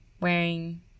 Wearing